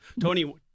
Tony